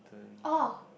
orh